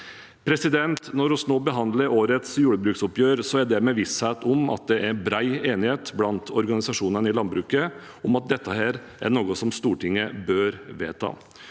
Når vi nå behandler årets jordbruksoppgjør, er det med visshet om at det er bred enighet blant organisasjonene i landbruket om at dette er noe som Stortinget bør vedta.